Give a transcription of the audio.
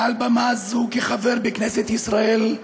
מעל במה זו, כחבר בכנסת ישראל,